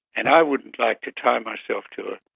and i wouldn't like to tie myself to a,